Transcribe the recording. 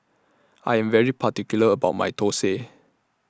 I Am very particular about My Thosai